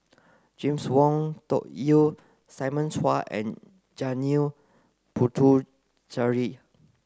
James Wong Tuck Yim Simon Chua and Janil Puthucheary